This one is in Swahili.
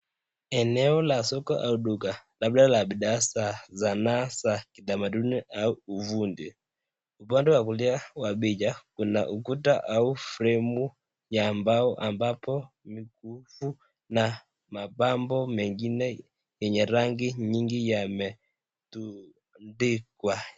Eneo la soko au duka labda la bidhaa za sanaa za kitamaduni au ufundi , upande wa kulia wa picha kuna ukuta au fremu ya bao ambapo mikufu na mapambo mengine yenye rangi nyingi yametundikwa.